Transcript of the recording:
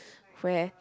where